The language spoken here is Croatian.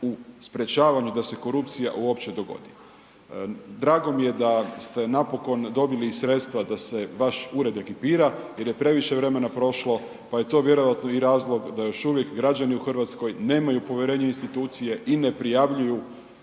u sprječavanju da se korupcija uopće dogodi. Drago mi je da ste napokon dobili sredstva da se vaš Ured ekipira jer je previše se vremena prošlo pa je to vjerojatno i razlog da još uvijek građani u Hrvatskoj nemaju povjerenje u institucije i ne prijavljuju